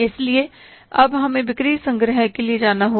इसलिए अब हमें बिक्री संग्रह के लिए जाना होगा